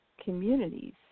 communities